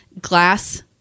glass